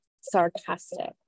sarcastic